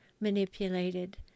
manipulated